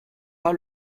pas